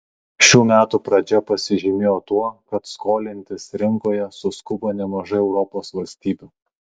šių metų pradžia pasižymėjo tuo kad skolintis rinkoje suskubo nemažai europos valstybių